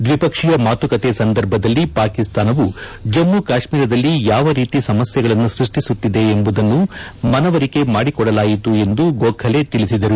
ದ್ವಿಪಕ್ಷೀಯ ಮಾತುಕತೆ ಸಂದರ್ಭದಲ್ಲಿ ಪಾಕಿಸ್ತಾನವು ಜಮ್ಮು ಕಾಶ್ಮೀರದಲ್ಲಿ ಯಾವ ರೀತಿ ಸಮಸ್ಯೆಗಳನ್ನು ಸೃಷ್ಟಿಸುತ್ತಿದೆ ಎಂಬದನ್ನು ಮನವರಿಕೆ ಮಾಡಿಕೊದಲಾಯಿತು ಎಂದು ಗೋಖಲೆ ತಿಳಿಸಿದರು